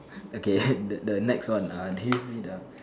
okay the the next one do you see the